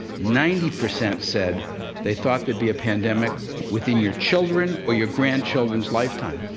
ninety percent said they thought there'd be a pandemic within your children or your grandchildren's lifetime.